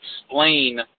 explain